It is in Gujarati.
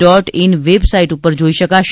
ડોટ ઇન વેબ સાઇટ ઉપર જોઇ શકાશે